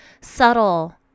subtle